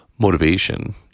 Motivation